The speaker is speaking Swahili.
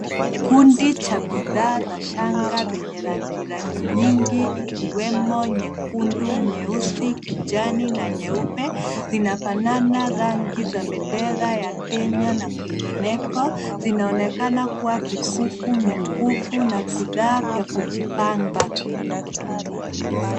Kikundi cha bidhaa za shanga zenye rangi rangi nyingi ikiwemo nyekundu, nyeusi, kijani na nyeupe zinafanana rangi za bendera ya Kenya na kwingineko, zinaonekana kuwa vikuu, mikufu na bidhaa vya kujipamba.